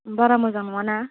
बारा मोजां नङा ना